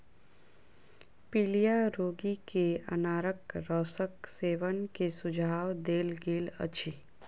पीलिया रोगी के अनारक रसक सेवन के सुझाव देल गेल अछि